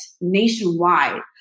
nationwide